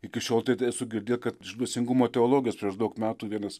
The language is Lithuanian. iki šiol tai esu girdėjęs kad iš dvasingumo teologijos prieš daug metų vienas